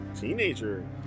Teenager